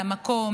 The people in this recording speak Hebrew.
למקום,